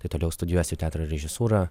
tai toliau studijuosiu teatro režisūrą